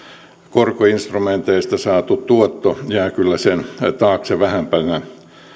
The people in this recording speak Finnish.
korkoinstrumenteista saatu tuotto jää kyllä sen taakse vähempänä